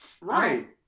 Right